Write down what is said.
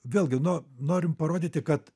vėlgi nu norim parodyti kad